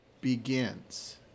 begins